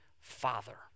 father